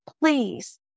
please